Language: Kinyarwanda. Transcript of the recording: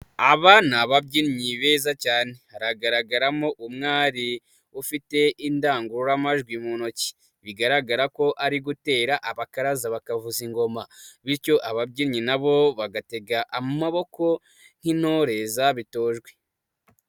Aba ni ababyinnyi beza cyane. Haragaragaramo umwari, ufite indangururamajwi mu ntoki. Bigaragara ko ari gutera abakaraza bakavuza ingoma, bityo ababyinnyi nabo bagatega amaboko, nk'intore zabitojwe.